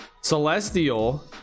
celestial